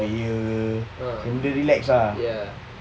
surveyor macam benda relax ah